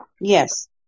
yes